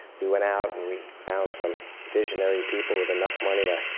we went out and we found some visionary people with enough money to